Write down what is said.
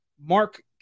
Mark